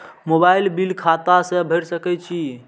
Mobile bill खाता से भेड़ सके छि?